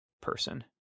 person